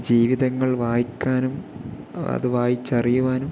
ജീവിതങ്ങൾ വായിക്കാനും അത് വായിച്ചറിയുവാനും